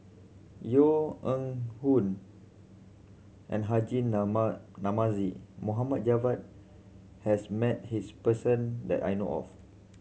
Yeo Hong and Haji Namazie Mohd Javad has met his person that I know of